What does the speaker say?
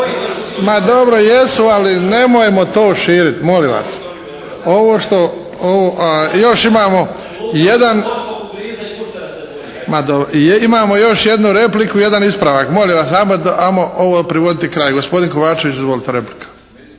Ma dobro jesu, ali nemojmo to širiti molim vas. Ovo što. Još imamo jedan, imamo još jednu repliku i jedan ispravak. Molim vas ajmo ovo privoditi kraju. Gospodin Kovačević, izvolite replika.